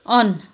on